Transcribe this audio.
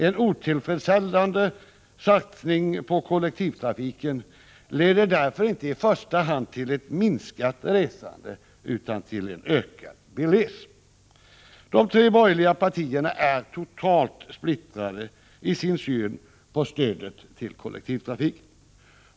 En otillfredsställande satsning på kollektivtrafiken leder därför inte i första hand till ett minskat resande utan till en ökad bilism. De tre borgerliga partierna är totalt splittrade i sin syn på stödet till kollektivtrafiken.